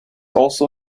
also